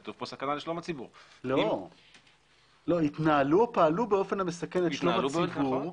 אם הוא מתנהל באופן שמסכן את שלום הציבור,